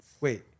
wait